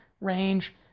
range